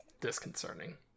disconcerting